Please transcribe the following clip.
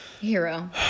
hero